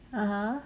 (uh huh)